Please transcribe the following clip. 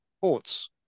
Ports